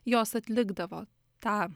jos atlikdavo tą